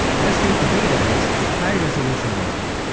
let's take a database of high-resolution images.